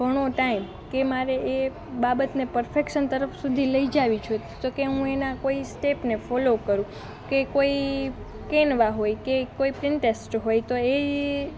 ઘણો ટાઈમ કે મારે એ બાબતને પરફેક્સન તરફ સુધી લઈ જવી હોય તો કે હું એનાં કોઈ સ્ટેપને ફોલો કરું કે કોઈ કેન્વા હોય કે કોઈ પિનટેસ્ટ હોય તો એ